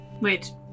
wait